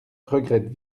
regrette